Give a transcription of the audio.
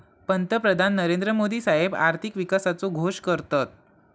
पंतप्रधान नरेंद्र मोदी साहेब आर्थिक विकासाचो घोष करतत